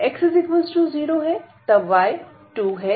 और जब y 0 है तब x2 है